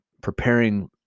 preparing